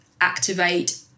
activate